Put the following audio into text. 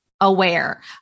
aware